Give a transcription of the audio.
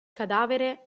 cadavere